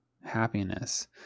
happiness